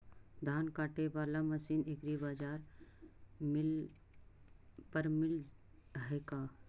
धान काटे बाला मशीन एग्रीबाजार पर मिल है का?